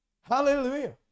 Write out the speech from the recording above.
Hallelujah